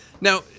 Now